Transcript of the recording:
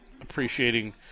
appreciating